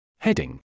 Heading